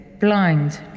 blind